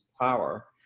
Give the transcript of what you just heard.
power